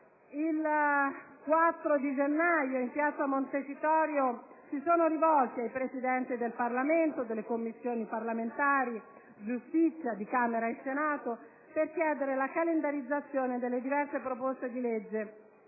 Il 4 gennaio, in Piazza Montecitorio, Francesco e Manuel si sono rivolti ai Presidenti del Parlamento e delle Commissioni parlamentari giustizia di Camera e Senato per chiedere la calendarizzazione delle proposte di legge